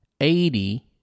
eighty